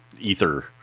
ether